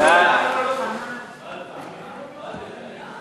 לתיקון פקודת מס הכנסה (אישור זיכוי מס),